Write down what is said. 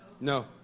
No